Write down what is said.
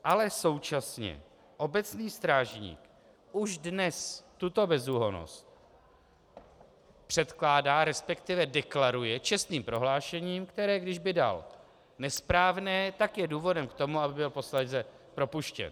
Ale současně obecní strážník už dnes tuto bezúhonnost předkládá, respektive deklaruje čestným prohlášením, které, když by dal nesprávné, je důvodem k tomu, aby byl posléze propuštěn.